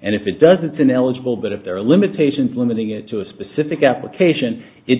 and if it doesn't then eligible but if there are limitations limiting it to a specific application it